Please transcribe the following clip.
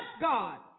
God